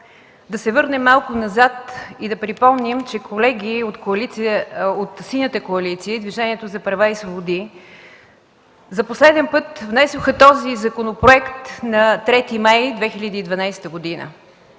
да се върнем малко назад и да припомним, че колеги от Синята коалиция и Движението за права и свободи за последен път внесоха този законопроект на 3 май 2012 г.